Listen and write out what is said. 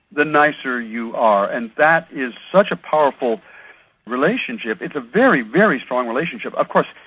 the nicer you are, and that is such a powerful relationship. it's a very, very strong relationship. of course,